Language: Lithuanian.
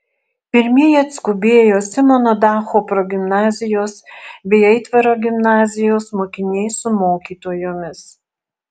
pirmieji atskubėjo simono dacho progimnazijos bei aitvaro gimnazijos mokiniai su mokytojomis